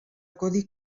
codi